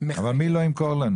--- אבל מי לא ימכור לנו?